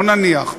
לא נניח.